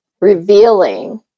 revealing